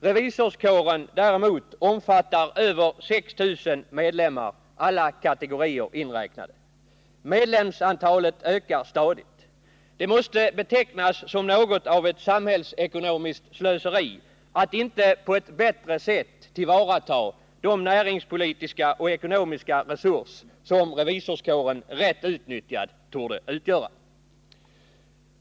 Revisorskåren däremot omfattar över 6 000 medlemmar, alla kategorier inräknade. Medlemstalet ökar stadigt. Det måste betecknas som något av ett samhällsekonomiskt slöseri att inte på ett bättre sätt tillvarata den näringspolitiska och ekonomiska resurs som revisorskåren rätt utnyttjad torde utgöra.